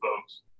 folks